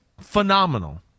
phenomenal